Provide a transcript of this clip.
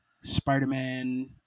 Spider-Man